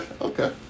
okay